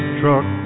truck